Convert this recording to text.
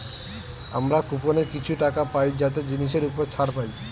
আমরা কুপনে কিছু টাকা পাই যাতে জিনিসের উপর ছাড় পাই